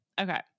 Okay